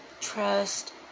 Trust